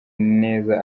neza